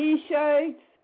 T-shirts